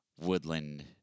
woodland